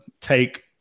take